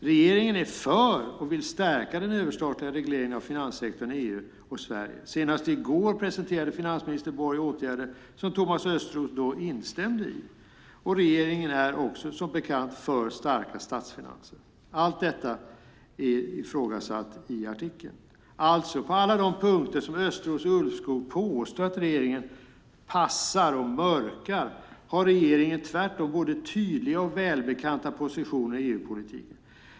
Regeringen är för och vill stärka den överstatliga regleringen av finanssektorn i EU och Sverige. Senast i går presenterade finansminister Borg åtgärder som Thomas Östros då instämde i. Regeringen är också, som bekant, för starka statsfinanser. Allt detta är ifrågasatt i artikeln. Alltså: På alla de punkter som Östros och Ulvskog påstår att regeringen passar och mörkar har regeringen tvärtom både tydliga och välbekanta positioner i EU-politiken.